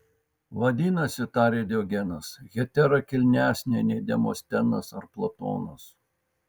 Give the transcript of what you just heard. vadinasi tarė diogenas hetera kilnesnė nei demostenas ar platonas